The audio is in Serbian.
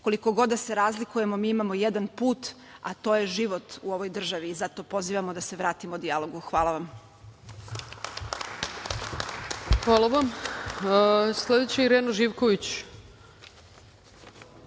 Koliko god da se razlikujemo, mi imamo jedan put, a to je život u ovoj državi i zato pozivam da se vratimo dijalogu. Hvala vam. **Ana Brnabić**